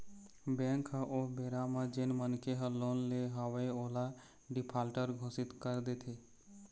bank ह ओ बेरा म जेन मनखे ह लोन ले हवय ओला डिफाल्टर घोसित कर देथे